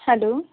hello